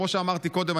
כמו שאמרתי קודם,